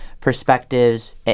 perspectives